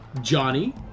johnny